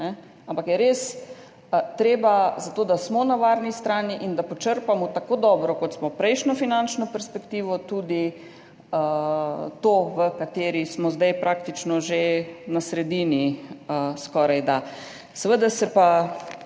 ampak je res treba, zato da smo na varni strani in da počrpamo tako dobro, kot smo prejšnjo finančno perspektivo, tudi to, v kateri smo zdaj praktično že na sredini, skorajda. Seveda se pa